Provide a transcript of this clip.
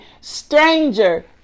stranger